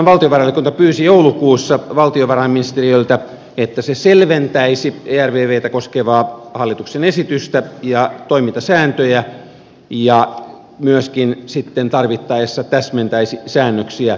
eduskunnan valtiovarainvaliokunta pyysi joulukuussa valtiovarainministeriöltä että se selventäisi ervvtä koskevaa hallituksen esitystä ja toimintasääntöjä ja myöskin tarvittaessa täsmentäisi säännöksiä